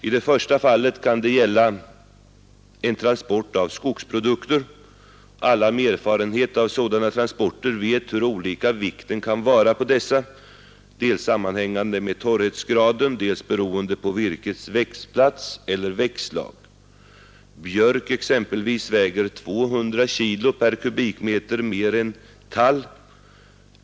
I det första fallet gäller det transport av skogsprodukter. Alla med erfarenhet av sådana transporter vet hur olika vikten kan vara på dessa produkter, beroende på dels torrhetsgraden, dels virkets växtplats eller växtslag. Björk väger exempelvis 200 kilogram per kubikmeter mer än tall.